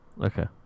Okay